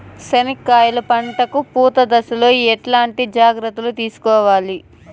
చెనక్కాయలు పంట కు పూత దశలో ఎట్లాంటి జాగ్రత్తలు తీసుకోవాలి?